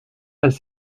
elles